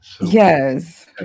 Yes